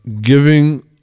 giving